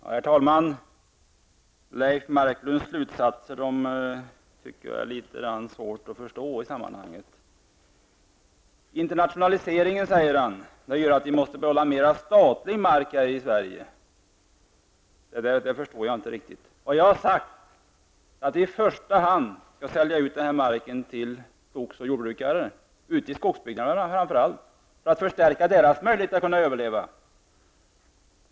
Herr talman! Leif Marklunds slutsatser tycker jag det är litet svårt att förstå. Det är internationaliseringen, säger han, som gör att vi måste behålla mer statlig mark här i Sverige. Det förstår jag inte riktigt. Det jag har sagt är att vi i första hand skall sälja ut denna mark till skogs och jordbrukare ute i skogsbygderna för att förstärka deras möjlighet att överleva.